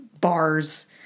bars